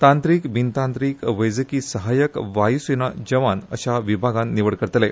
तांत्रिक बिनतांत्रिक वैजकीय सहाय्यक वायूसेना जवान अशा विभागात निवड करतले